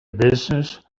business